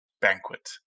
banquet